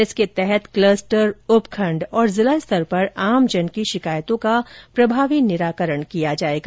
इसके तहत कलस्टर उपखण्ड और जिला स्तर पर आमजन की शिकायतों का प्रभावी निराकरण किया जाएगा